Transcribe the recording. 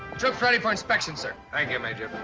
troops ready for inspection. so thank, you, major.